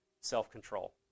self-control